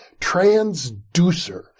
transducer